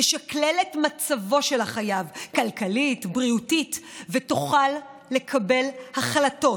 תשקלל את מצבו של החייב כלכלית ובריאותית ותוכל לקבל החלטות.